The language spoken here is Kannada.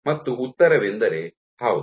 ಮತ್ತು ಉತ್ತರವೆಂದರೆ ಹೌದು